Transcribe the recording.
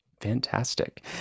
Fantastic